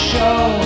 Show